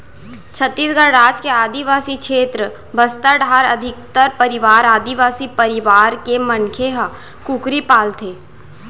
छत्तीसगढ़ राज के आदिवासी छेत्र बस्तर डाहर अधिकतर परवार आदिवासी परवार के मनखे ह कुकरी पालथें